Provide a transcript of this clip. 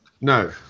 No